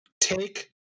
take